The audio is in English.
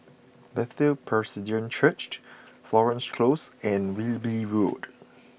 Bethel Presbyterian Church Florence Close and Wilby Road